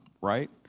right